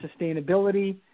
sustainability